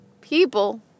people